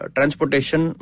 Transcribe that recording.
Transportation